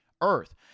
Earth